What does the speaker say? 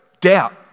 doubt